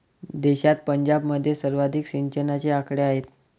देशात पंजाबमध्ये सर्वाधिक सिंचनाचे आकडे आहेत